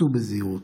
סעו בזהירות.